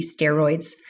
steroids